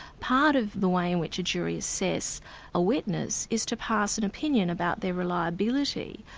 part of the way in which a jury assess a witness is to pass an opinion about their reliability,